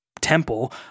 temple